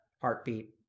heartbeat